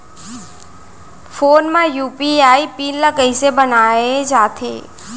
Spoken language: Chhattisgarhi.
फोन म यू.पी.आई पिन ल कइसे बनाये जाथे?